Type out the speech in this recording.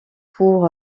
pour